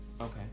Okay